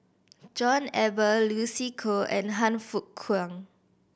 John Eber Lucy Koh and Han Fook Kwang